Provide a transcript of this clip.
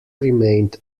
remained